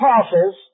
apostles